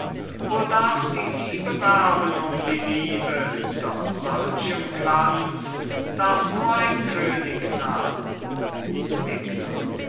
wohl darf die liebe werben um die liebe doch solchem glanz darf nur ein könig nahn thekla